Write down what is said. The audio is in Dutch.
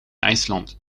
ijsland